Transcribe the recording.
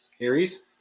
Aries